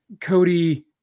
Cody